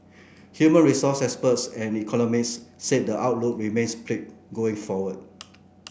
human resource experts and economists say the outlook remains bleak going forward